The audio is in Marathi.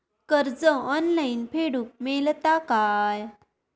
कर्ज ऑनलाइन फेडूक मेलता काय?